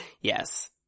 Yes